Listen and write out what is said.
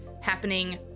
happening